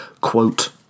quote